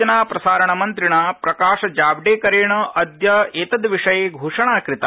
सूचना प्रसारण मन्त्रिणा प्रकाश जावडेकरेण अद्य एतद्रिषये घोषणा कृता